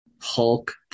Hulk